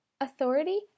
Authority